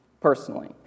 personally